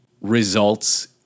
results